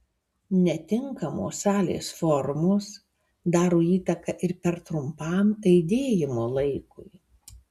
netinkamos salės formos daro įtaką ir per trumpam aidėjimo laikui